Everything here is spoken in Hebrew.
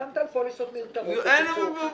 שילמת על פוליסות מיותרות, בקיצור.